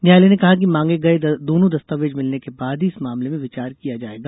न्यायालय ने कहा कि मांगे गए दोनों दस्तावेज मिलने के बाद ही इस मामले में विचार किया जाएगा